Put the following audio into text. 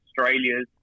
Australia's